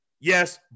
yes